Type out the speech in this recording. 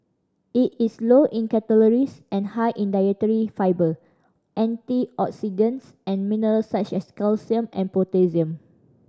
it is low in calories and high in dietary fibre antioxidants and minerals such as calcium and potassium